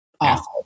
awful